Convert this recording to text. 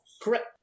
correct